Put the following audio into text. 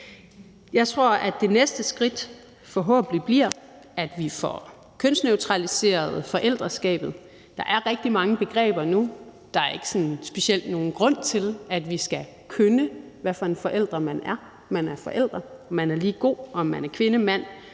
Jeg tror, at det næste skridt forhåbentlig bliver, at vi får kønsneutraliseret forældreskabet. Der er rigtig mange begreber nu. Der er ikke sådan specielt nogen grund til, at vi skal kønne, hvad for en forælder, man er. Man er forælder, og man er lige god, om man er kvinde, mand,